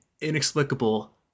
inexplicable